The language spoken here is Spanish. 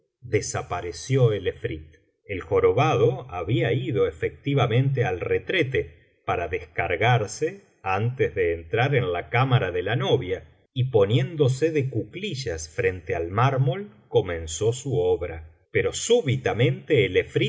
desapareció el efrit el jorobado había ido efectivamente al retrete para descargarse antes de entrar en la cámara de la novia y poniéndose de cuclillas sobre el már biblioteca valenciana generalitat valenciana historia del visir nureddin mol comenzó su obra pero súbitamente